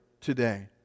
today